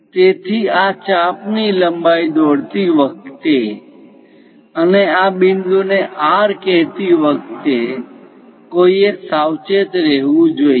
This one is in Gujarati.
તેથી આ ચાપ ની લંબાઈ દોરતી વખતે અને આ બિંદુને R કહેતી વખતે કોઈએ સાવચેત રહેવું જોઈએ